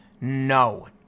no